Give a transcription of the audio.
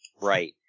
Right